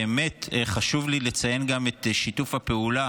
באמת חשוב לי לציין גם את שיתוף הפעולה